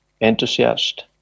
enthusiast